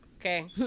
Okay